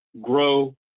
grow